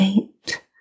eight